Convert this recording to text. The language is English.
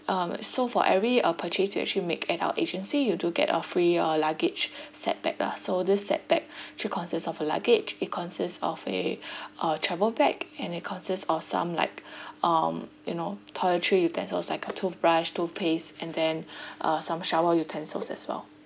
um so for every uh purchase you actually make at our agency you do get a free uh luggage set bag lah so this set bag should consist of a luggage it consists of a uh travel bag and it consist of some like um you know toiletries utensils like a toothbrush toothpaste and then uh some shower utensils as well